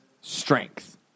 strength